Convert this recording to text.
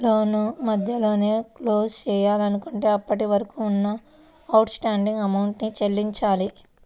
లోను మధ్యలోనే క్లోజ్ చేసుకోవాలంటే అప్పటివరకు ఉన్న అవుట్ స్టాండింగ్ అమౌంట్ ని చెల్లించాలి